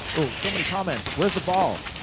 oh, so many comments. where's the ball?